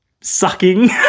sucking